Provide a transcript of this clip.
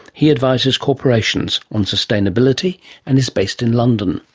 he advises corporations on sustainability and is based in london.